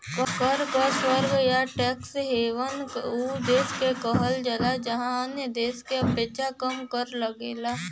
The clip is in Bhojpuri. कर क स्वर्ग या टैक्स हेवन उ देश के कहल जाला जहाँ अन्य देश क अपेक्षा कम कर लगला